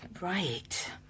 Right